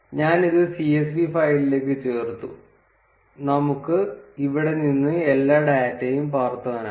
ഞാൻ ഇത് csv ഫയലിലേക്ക് ചേർത്തു നമുക്ക് ഇവിടെ നിന്ന് എല്ലാ ഡാറ്റയും പകർത്താനാകും